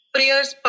Prayers